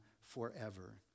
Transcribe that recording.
forever